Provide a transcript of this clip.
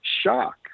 shock